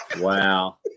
Wow